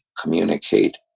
communicate